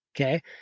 Okay